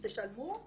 תשלמו.